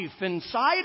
inside